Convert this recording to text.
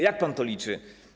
Jak pan to liczy?